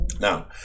Now